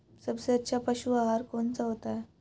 सबसे अच्छा पशु आहार कौन सा होता है?